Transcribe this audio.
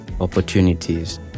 opportunities